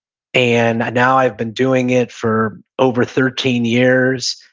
and now i've been doing it for over thirteen years.